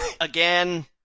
Again